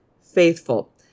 faithful